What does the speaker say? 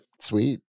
sweet